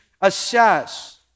assess